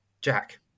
Jack